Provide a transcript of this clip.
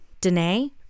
Danae